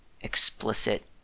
explicit